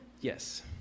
Yes